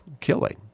killing